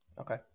Okay